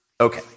Okay